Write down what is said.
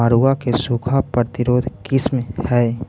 मड़ुआ के सूखा प्रतिरोधी किस्म हई?